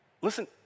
listen